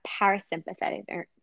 parasympathetic